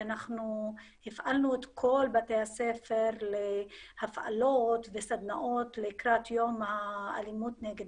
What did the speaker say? אנחנו הפעלנו את כל בתי הספר להפעלות וסדנאות לקראת יום האלימות נגד